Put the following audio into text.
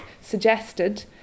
suggested